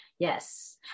Yes